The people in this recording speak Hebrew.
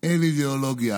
אין אידיאולוגיה,